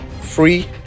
free